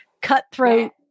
cutthroat